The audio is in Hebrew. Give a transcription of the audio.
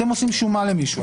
אתם עושים שומה למישהו,